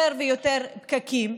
מכבידים על עומס התנועה, יותר ויותר פקקים.